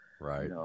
Right